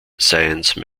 science